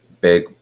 big